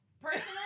Personally